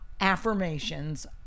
affirmations